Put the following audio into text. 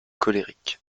colériques